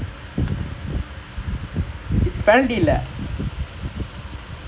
actually they are goal but the champions they won damn nice